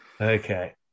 Okay